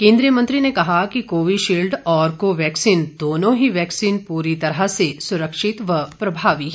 केन्द्रीय मंत्री ने कहा कि कोविशील्ड और कोवैक्सीन दोनों ही वैक्सीन पूरी तरह से सुरक्षित व प्रभावी हैं